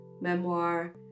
memoir